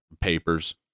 papers